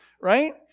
right